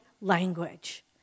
language